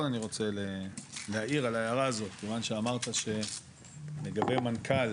אני רוצה להעיר על ההערה הזאת כיוון שאמרת לגבי מנכ"ל